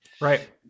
right